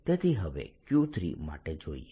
તેથી હવે Q3 માટે જોઈએ